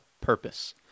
purpose